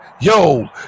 Yo